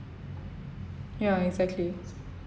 ya exactly